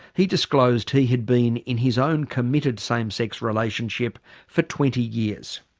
he disclosed he had been in his own committed same sex relationship for twenty years.